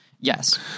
Yes